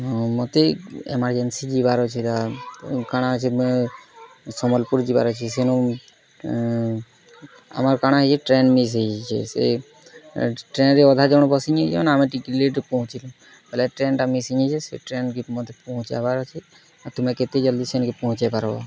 ହଁ ମତେ ଏମାର୍ଜେନସି ଯିବାର୍ ଅଛି ଦା କାଣା ଅଛେ ମୁଇଁ ସମ୍ବଲପୁର୍ ଯିବାର୍ ଅଛେ ସେନୁ ଆମର୍ କାଣା କି ଟ୍ରେନ୍ ମିସ୍ ହେଇଯାଇଛି ସେ ଟ୍ରେନ୍ରେ ଅଧା ଜଣ୍ ବସି ଯେଇଁଛନ୍ ଆମେ ଟିକେ ଲେଟ୍ରେ ପହଞ୍ଚିଲୁ ବେଲେ ଟ୍ରେନ୍ଟା ମିସ୍ ହିଯାଇଛେ ସେ ଟ୍ରେନ୍କେ ମତେ ପୁହୁଁଚାବାର୍ ଅଛେ ତୁମେ କେତେ ଜଲ୍ଦି ସେନିକେ ପହଞ୍ଚେଇ ପାର୍ବ